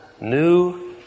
New